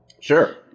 Sure